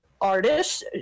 artists